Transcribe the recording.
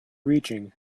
reaching